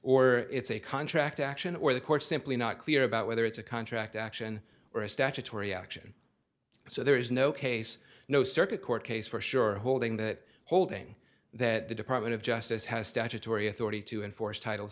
it's a contract action or the court simply not clear about whether it's a contract action or a statutory action so there is no case no circuit court case for sure holding that holding that the department of justice has statutory authority to enforce title